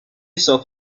صاف